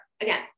again